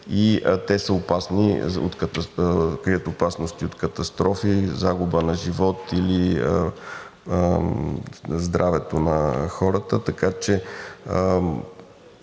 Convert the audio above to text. и те крият опасности от катастрофи, загуба на живот или здравето на хората. Така че